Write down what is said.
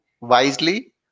wisely